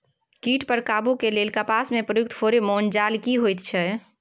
कीट पर काबू के लेल कपास में प्रयुक्त फेरोमोन जाल की होयत छै?